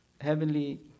heavenly